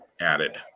added